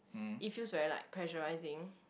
it feels very like pressurizing